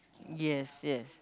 yes yes